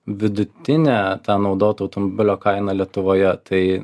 vidutinę tą naudoto automobilio kainą lietuvoje tai